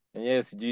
Yes